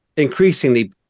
increasingly